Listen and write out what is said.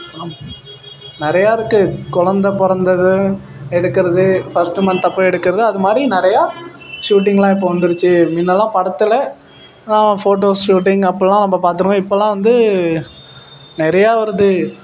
ஆம் நிறையா இருக்குது கொழந்த பிறந்தது எடுக்கிறது ஃபஸ்ட்டு மன்த்தப்போ எடுக்கறது அதுமாதிரி நிறையா ஷூட்டிங்கெலாம் இப்போ வந்துருச்சு முன்னல்லாம் படத்தில் ஃபோட்டோஸ் ஷூட்டிங் அப்பெல்லாம் நம்ம பார்த்துருக்கோம் இப்பெல்லாம் வந்து நிறையா வருது